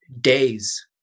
days